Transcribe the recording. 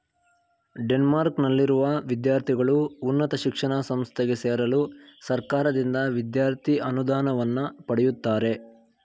ಡೆನ್ಮಾರ್ಕ್ನಲ್ಲಿರುವ ವಿದ್ಯಾರ್ಥಿಗಳು ಉನ್ನತ ಶಿಕ್ಷಣ ಸಂಸ್ಥೆಗೆ ಸೇರಲು ಸರ್ಕಾರದಿಂದ ವಿದ್ಯಾರ್ಥಿ ಅನುದಾನವನ್ನ ಪಡೆಯುತ್ತಾರೆ